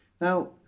Now